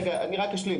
רגע, אני רק אשלים.